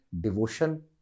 devotion